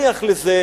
בואו נניח לזה,